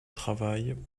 travail